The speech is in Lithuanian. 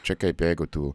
čia kaip jeigu tu